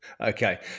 Okay